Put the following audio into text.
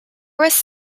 was